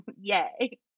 Yay